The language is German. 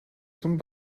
zum